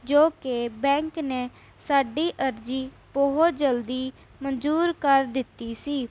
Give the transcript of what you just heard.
ਜੋ ਕਿ ਬੈਂਕ ਨੇ ਸਾਡੀ ਅਰਜ਼ੀ ਬਹੁਤ ਜਲਦੀ ਮਨਜ਼ੂਰ ਕਰ ਦਿੱਤੀ ਸੀ